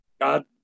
God